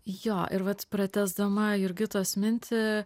jo ir vat pratęsdama jurgitos mintį